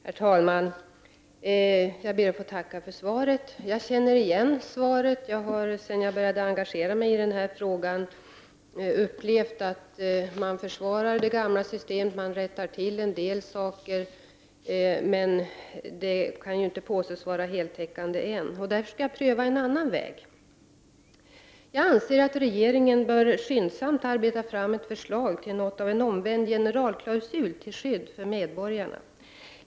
Herr talman! Jag ber att få tacka för svaret. Jag känner igen svaret. Sedan jag började engagera mig i denna fråga har jag upplevt att man försvarar det gamla systemet och man rättar till en del saker. Man kan dock inte påstå att det är heltäckande ännu. Därför skall jag pröva en annan väg. Jag anser att regeringen skyndsamt bör arbeta fram ett förslag till ett slags omvänd generalklausul till skydd för medborgarna.